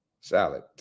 Salad